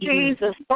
Jesus